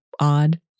odd